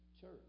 church